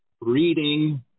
reading